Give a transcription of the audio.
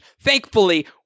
thankfully